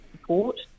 support